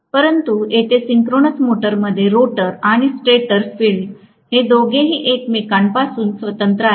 परंतु येथे सिंक्रोनस मोटरमध्ये रोटर आणि स्टेटर फील्ड हे दोघेही एकमेकांपासून स्वतंत्र आहेत